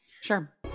Sure